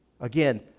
Again